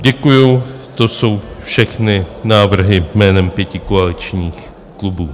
Děkuji, to jsou všechny návrhy jménem pěti koaličních klubů.